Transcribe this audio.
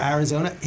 Arizona